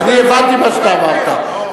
אני הבנתי מה שאתה אמרת,